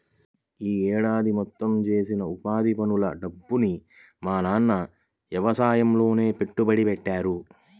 యీ ఏడాది మొత్తం చేసిన ఉపాధి పనుల డబ్బుని మా నాన్న యవసాయంలోనే పెట్టుబడి పెట్టాడు